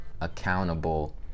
accountable